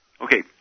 Okay